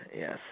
yes